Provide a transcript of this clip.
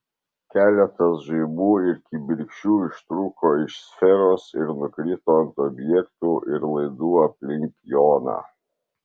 keletas žaibų ir kibirkščių ištrūko iš sferos ir nukrito ant objektų ir laidų aplink joną